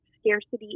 scarcity